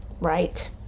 Right